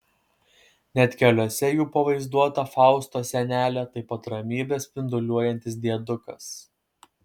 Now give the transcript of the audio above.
net keliuose jų pavaizduota faustos senelė taip pat ramybe spinduliuojantis diedukas